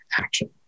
action